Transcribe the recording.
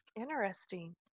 Interesting